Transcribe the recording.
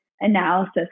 analysis